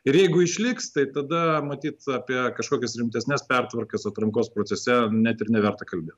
ir jeigu išliks tai tada matyt apie kažkokias rimtesnes pertvarkas atrankos procese net ir neverta kalbėt